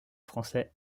français